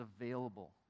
available